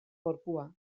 gorpua